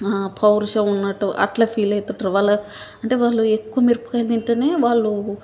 పౌరుషం ఉన్నట్టు అట్లా ఫీలయితుంటరు వాళ్ళు అంటే వాళ్ళు ఎక్కువ మిరపకాయలు తింటేనే వాళ్ళూ